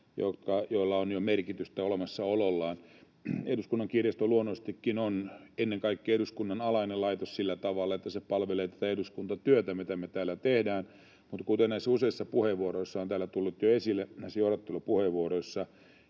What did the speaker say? jolla on jo merkitystä olemassaolollaan. Eduskunnan kirjasto luonnollisestikin on ennen kaikkea eduskunnan alainen laitos sillä tavalla, että se palvelee tätä eduskuntatyötä, mitä me täällä teemme, mutta kuten näissä useissa johdattelupuheenvuoroissa on täällä tullut jo esille, niin ei Eduskunnan kirjasto